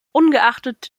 ungeachtet